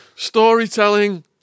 Storytelling